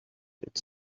its